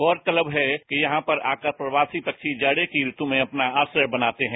गौरतलब है कि यहां पर आकर प्रवासी पक्षी जाडे की ऋतु में अपना आश्रय बनाते हैं